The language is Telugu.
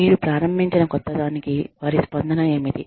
మీరు ప్రారంభించిన క్రొత్తదానికి వారి స్పందన ఏమిటి